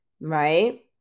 right